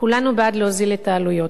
כולנו בעד להוזיל את העלויות.